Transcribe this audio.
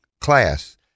class